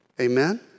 Amen